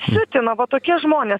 siutina va tokie žmonės